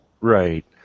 Right